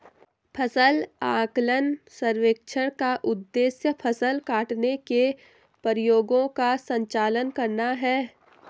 फसल आकलन सर्वेक्षण का उद्देश्य फसल काटने के प्रयोगों का संचालन करना है